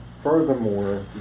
Furthermore